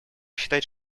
считать